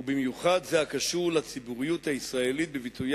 ובמיוחד זה הקשור לציבוריות הישראלית בביטויה